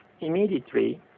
immediately